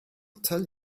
tell